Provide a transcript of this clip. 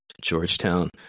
Georgetown